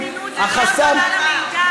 יש להם זמינות יותר גדולה למידע.